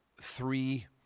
three